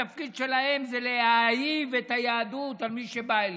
התפקיד שלהם זה להאהיב את היהדות על מי שבא אליהם,